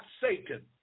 Satan